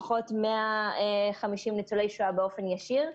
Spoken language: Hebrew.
לפחות לעוד 150 ניצולי שואה באופן ישיר.